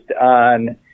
on